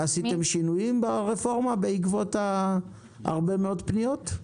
עשיתם שינויים ברפורמה בעקבות הרבה מאוד פניות?